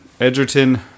edgerton